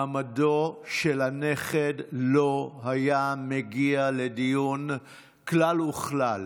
מעמדו של הנכד לא היה מגיע לדיון כלל וכלל.